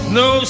no